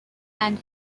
and